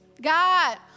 God